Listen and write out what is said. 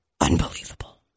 Unbelievable